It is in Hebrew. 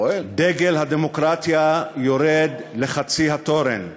דגל הדמוקרטיה יורד לחצי התורן,